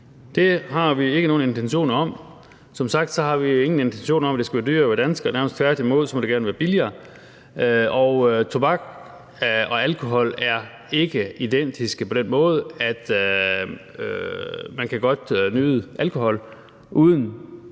Det har vi ikke nogen intentioner om. Vi har som sagt ingen intentioner om, at det skal være dyrere at være dansker, tværtimod må det gerne være billigere. Og tobak og alkohol er ikke identisk forstået på den måde, at man godt kan nyde alkohol, uden